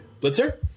Blitzer